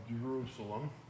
Jerusalem